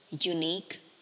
unique